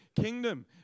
kingdom